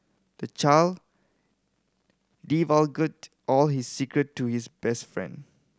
the child divulged all his secret to his best friend